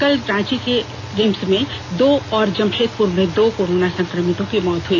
कल रांची के रिम्स में दो और जमशेदपुर में दो कोरोना संक्रमितों की मौत हुई